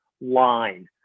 line